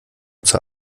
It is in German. zur